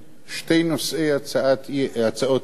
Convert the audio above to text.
שני נושאי הצעות האי-אמון.